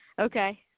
Okay